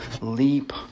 leap